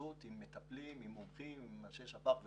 התקשרות עם מטפלים, עם מומחים, עם אנשי שפ"ח וכו',